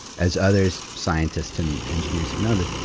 as other scientists and engineers have noted,